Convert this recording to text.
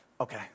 okay